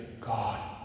god